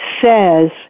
says